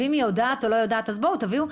ואם היא יודעת או לא יודעת, אז בואו, תביאו.